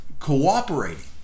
cooperating